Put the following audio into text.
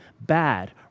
bad